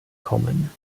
kommen